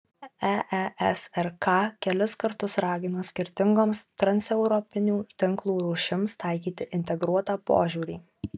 eesrk kelis kartus ragino skirtingoms transeuropinių tinklų rūšims taikyti integruotą požiūrį